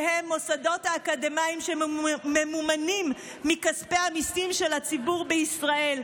שהן מוסדות אקדמיים שממומנים מכספי המיסים של הציבור בישראל.